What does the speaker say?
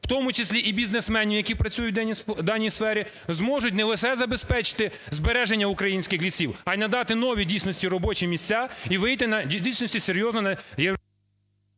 в тому числі і бізнесменів, які працюють у даній сфері, зможуть не лише забезпечити збереження українських лісів, а й надати нові в дійсності робочі місця і вийти в дійсності серйозно на…